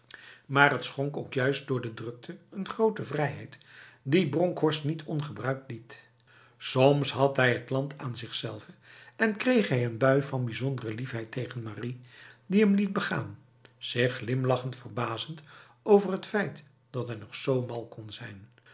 maar het schonk ook juist door de drukte een grote vrijheid die bronkhorst niet ongebruikt liet soms had hij t land aan zichzelve en kreeg hij n bui van bijzondere liefheid tegen marie die hem liet begaan zich glimlachend verbazend over het feit dat hij nog zo mal kon zijn